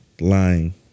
Lying